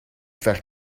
faire